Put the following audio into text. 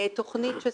תכנית שזקנים,